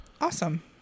awesome